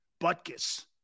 Butkus